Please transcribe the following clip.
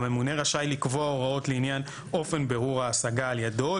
הממונה רשאי לקבוע הוראות לעניין אופן בירור ההשגה על ידו,